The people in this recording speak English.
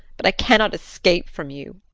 but i cannot escape from you.